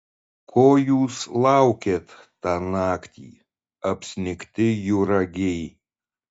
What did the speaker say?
ko jūs laukėt tą naktį apsnigti juragiai